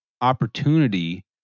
opportunity